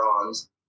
bronze